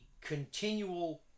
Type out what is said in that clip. continual